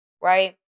right